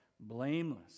blameless